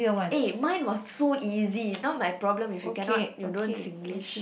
eh mine was so easy now my problem if you cannot you don't Singlish